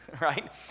Right